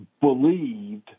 believed